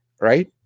right